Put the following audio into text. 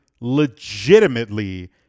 legitimately